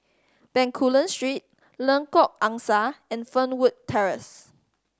Bencoolen Street Lengkok Angsa and Fernwood Terrace